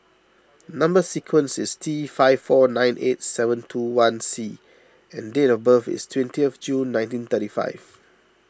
Number Sequence is T five four nine eight seven two one C and date of birth is twentieth June nineteen thirty five